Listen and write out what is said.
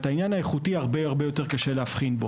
אבל בעניין האיכותי הרבה יותר קשה להבחין.